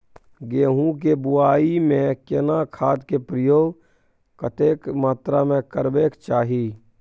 गेहूं के बुआई में केना खाद के प्रयोग कतेक मात्रा में करबैक चाही?